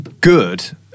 good